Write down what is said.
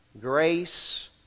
Grace